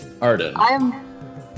Arden